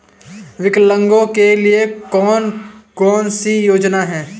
विकलांगों के लिए कौन कौनसी योजना है?